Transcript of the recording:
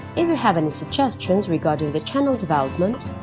and have any suggestions regarding the channel development,